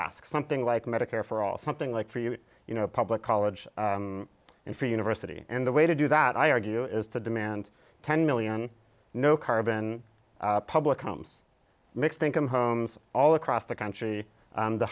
ask something like medicare for all something like for you you know public college and for university and the way to do that i argue is to demand ten million no carbon public homes mixed income homes all across the country